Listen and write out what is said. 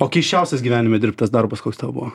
o keisčiausias gyvenime dirbtas darbas koks tavo